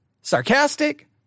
sarcastic